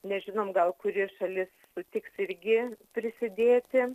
nežinom gal kuri šalis sutiks irgi prisidėti